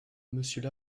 monsieur